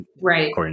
right